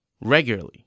regularly